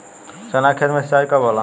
चना के खेत मे सिंचाई कब होला?